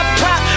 pop